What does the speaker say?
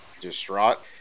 distraught